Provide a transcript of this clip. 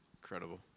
Incredible